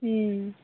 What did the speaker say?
ହଁ